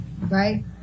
right